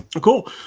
Cool